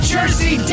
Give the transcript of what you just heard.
Jersey